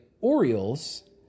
Orioles